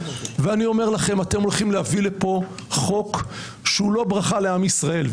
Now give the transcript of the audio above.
ואני אומר לכם: אתם הולכים להביא לפה חוק שהוא לא ברכה לעם ישראל,